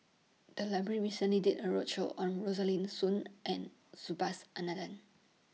The Library recently did A roadshow on Rosaline Soon and Subhas Anandan